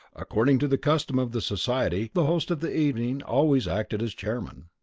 according to the custom of the society the host of the evening always acted as chairman.